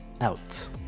out